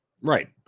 Right